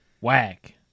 whack